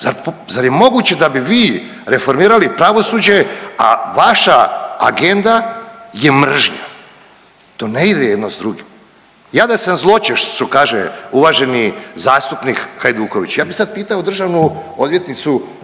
zar je moguće da bi vi reformirali pravosuđe, a vaša agenda je mržnja, to ne ide jedno s drugim. Ja da sam zločest što kaže uvaženi zastupnik Hajduković, ja bi sad pitao državnu odvjetnicu